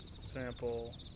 sample